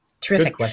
Terrific